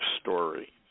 Story